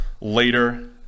later